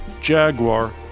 Jaguar